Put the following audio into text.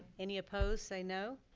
any opposed say no.